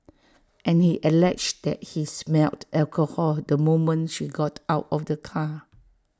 and he alleged that he smelled alcohol the moment she got out of the car